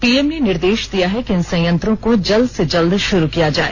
PM ने निर्देश दिया है कि इन संयंत्रों को जल्द से जल्द शुरू किया जाए